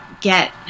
get